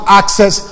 access